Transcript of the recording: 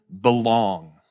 belong